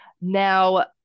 Now